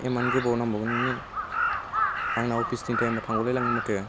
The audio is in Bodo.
इमान गोबाव नांबावगौ नोंनो आंना अफिसनि टाइमा थांग'लाय लांगोन माथो